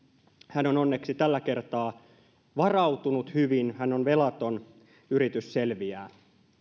hän on onneksi tällä kertaa varautunut hyvin hän on velaton yritys selviää